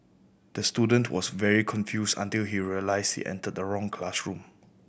the student was very confused until he realised he entered the wrong classroom